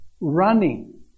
running